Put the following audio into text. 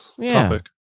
topic